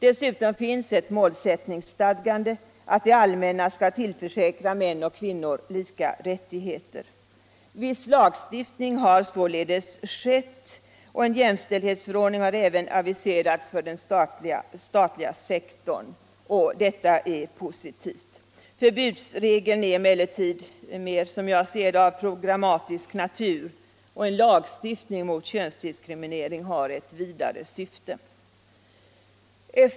Dessutom finns ett målsättningsstadgande, att det allmänna skall tillförsäkra män och kvinnor lika rättigheter. Viss lagstiftning har således genomförts, och en jämställdhetsförordning har även aviserats för den statliga sektorn. Detta är positivt. Förbudsregeln är emellertid, som jag ser det. mer av programmatisk natur, och en lagstiftning mot könsdiskriminering har ett vidare syfte.